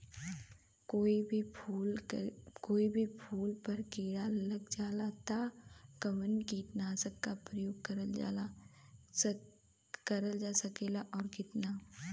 कोई भी फूल पर कीड़ा लग जाला त कवन कीटनाशक क प्रयोग करल जा सकेला और कितना?